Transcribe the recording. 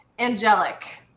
Angelic